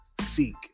seek